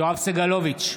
יואב סגלוביץ'